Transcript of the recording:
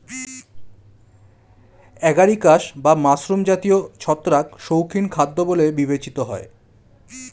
agaricus বা mushroom জাতীয় ছত্রাক শৌখিন খাদ্য বলে বিবেচিত হয়